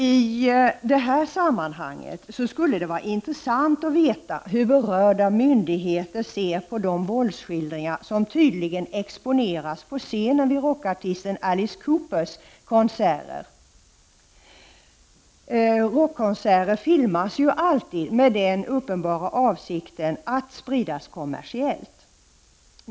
I detta sammanhang skulle det vara intressant att få veta hur berörda myndigheter ser på de våldsskildringar som tydligen exponeras på scenen vid rockartisten Alice Coopers konserter. Rockkonserter filmas alltid med den uppenbara avsikten att de skall spridas kommersiellt.